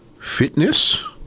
fitness